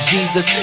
Jesus